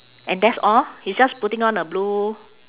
and that's all he's just putting on a blue